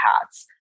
hats